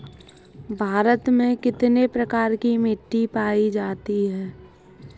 भारत में कितने प्रकार की मिट्टी पाई जाती है?